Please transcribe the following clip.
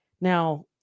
now